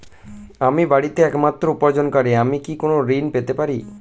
আমি বাড়িতে একমাত্র উপার্জনকারী আমি কি কোনো ঋণ পেতে পারি?